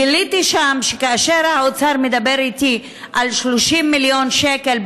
גיליתי שם שכאשר האוצר מדבר איתי על 30 מיליון שקל,